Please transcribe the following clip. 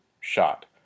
shot